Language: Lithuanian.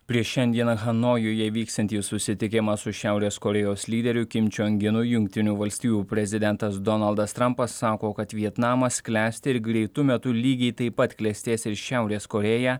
prieš šiandieną hanojuje vyksiantį susitikimą su šiaurės korėjos lyderiu kim čion ginu jungtinių valstijų prezidentas donaldas trampas sako kad vietnamas klesti ir greitu metu lygiai taip pat klestės ir šiaurės korėja